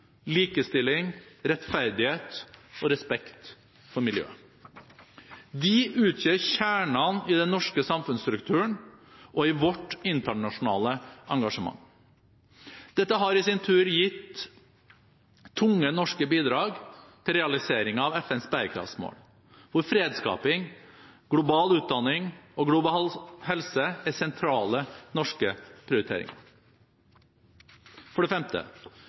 likestilling, rettferdighet og respekt for miljøet. De utgjør kjernen i den norske samfunnsstrukturen og i vårt internasjonale engasjement. Dette har i sin tur gitt tunge norske bidrag til realiseringen av FNs bærekraftsmål, hvor fredsskaping, global utdanning og global helse er sentrale norske prioriteringer. For det femte: